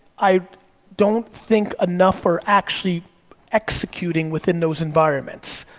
i don't think enough are actually executing within those environments.